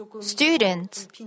students